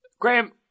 Graham